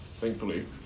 Thankfully